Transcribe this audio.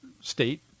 state